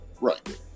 Right